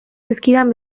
zizkidan